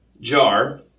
jar